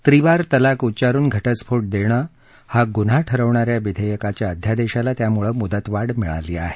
त्रिवार तलाक उच्चारुन घटस्फोट देणं हा गुन्हा ठरवणा या विधेयकाच्या अध्यादेशाला त्यामुळं मुदतवाढ मिळाली आहे